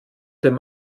dem